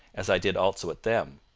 as i did also at them.